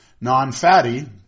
Non-fatty